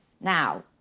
Now